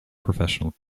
professional